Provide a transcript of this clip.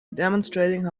demonstrating